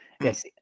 yes